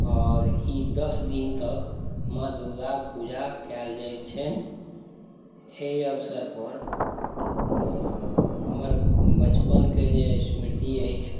आओर ई दस दिन तक माँ दुर्गाके पूजा कएल जायत छनि एहि अवसरपर हमर बचपनके जे स्मृति अछि